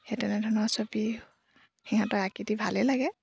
সেই তেনেধৰণৰ ছবি সিহঁতক আঁকি দি ভালেই লাগে